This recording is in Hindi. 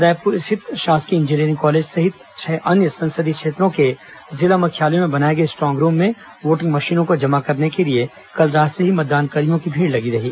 रायपुर स्थित शासकीय इंजीनियरिंग कॉलेज सहित अन्य छह संसदीय क्षेत्रों के जिला मुख्यालयों में बनाए गए स्ट्रांग रूम में वोटिंग मशीनों को जमा करने के लिए कल रात से ही मतदानकर्मियों की भीड़ लगी रही